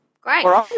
Great